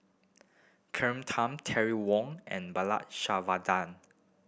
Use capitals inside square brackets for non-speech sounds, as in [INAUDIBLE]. [UNINTELLIGIBLE] Tham Terry Wong and Bala [UNINTELLIGIBLE]